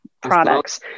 products